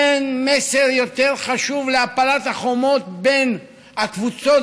אין מסר יותר חשוב להפלת החומות בין הקבוצות